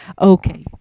Okay